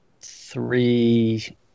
Three